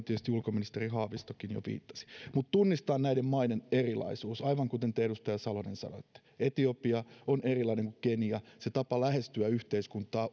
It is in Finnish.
tietysti ulkoministeri haavistokin jo viittasi mutta täytyy tunnistaa näiden maiden erilaisuus aivan kuten te edustaja salonen sanoitte etiopia on erilainen kuin kenia se tapa lähestyä yhteiskuntaa